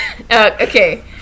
Okay